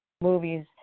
movies